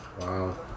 Wow